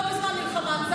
לא בזמן מלחמה.